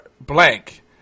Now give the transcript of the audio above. blank